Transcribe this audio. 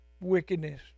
wickedness